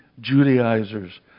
Judaizers